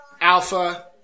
Alpha